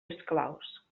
esclaus